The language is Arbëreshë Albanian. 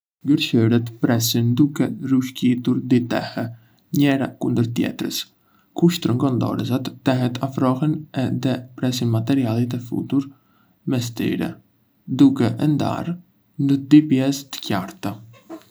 Gërshërët presin duke rrëshqitur dy tehe njëra kundër tjetrës. Kur shtrëngon dorezat, tehet afrohen dhe presin materialin e futur mes tyre, duke e ndarë në dy pjesë të qarta.